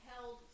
held